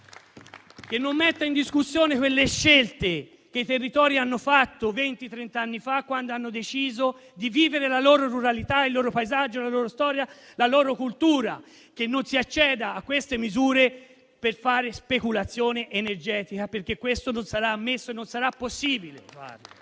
e non metta in discussione le scelte che i territori hanno fatto venti o trent'anni fa, quando hanno deciso di vivere la loro ruralità, il loro paesaggio, la loro storia e la loro cultura. Che non si acceda a queste misure per fare speculazione energetica, perché questo non sarà ammesso e non sarà possibile.